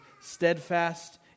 Steadfast